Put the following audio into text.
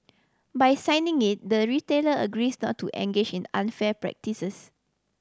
by signing it the retailer agrees not to engage in unfair practices